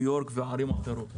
ניו-יורק וערים אחרות.